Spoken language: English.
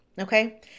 Okay